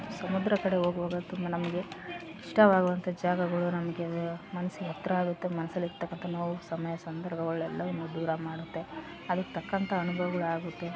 ಸಮುದ್ರ ಕಡೆ ಹೋಗುವಾಗ ತುಂಬ ನಮಗೆ ಇಷ್ಟವಾಗುವಂಥ ಜಾಗಗಳು ನಮಗೆ ಮನಸ್ಸಿಗೆ ಹತ್ತಿರ ಆಗುತ್ತೆ ಮನ್ಸಲ್ಲಿ ಇರ್ತಕ್ಕಂಥ ನೋವು ಸಮಯ ಸಂದರ್ಭಗಳೆಲ್ಲವ್ನೂ ದೂರ ಮಾಡುತ್ತೆ ಅದ್ಕೆ ತಕ್ಕಂಥ ಅನುಭವಗಳು ಆಗುತ್ತೆ